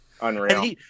Unreal